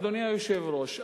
אדוני היושב-ראש,